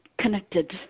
connected